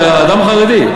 אתה אדם חרדי.